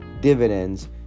dividends